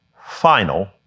final